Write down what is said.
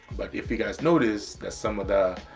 but if you guys noticed that some of the,